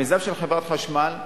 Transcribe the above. המיזם של חברת החשמל,